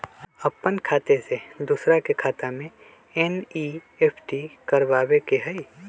अपन खाते से दूसरा के खाता में एन.ई.एफ.टी करवावे के हई?